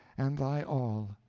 and thy all.